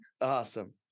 Awesome